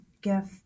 gift